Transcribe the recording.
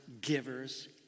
givers